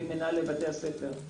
עם מנהלי בתי הספר,